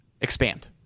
Expand